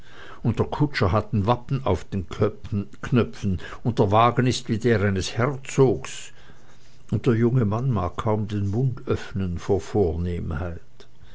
und der kutscher hat ein wappen auf den knöpfen und der wagen ist wie der eines herzogs und der junge mann mag kaum den mund öffnen vor vornehmheit